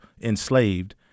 enslaved